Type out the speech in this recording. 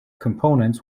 components